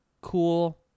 cool